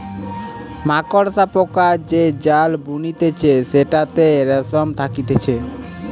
মাকড়সা পোকা যে জাল বুনতিছে সেটাতে রেশম থাকতিছে